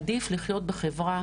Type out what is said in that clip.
עדיף לחיות בחברה,